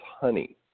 honey